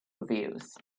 reviews